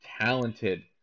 talented